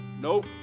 nope